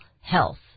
health